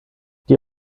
die